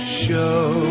show